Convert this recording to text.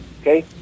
okay